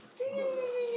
come on lah